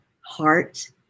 heart